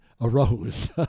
arose